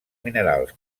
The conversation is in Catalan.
minerals